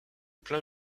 plein